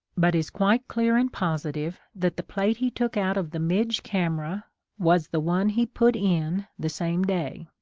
but is quite clear and positive that the plate he took out of the midg camera was the one he put in the same day.